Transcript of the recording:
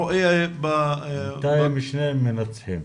בינתיים שניהם מנצחים.